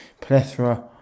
plethora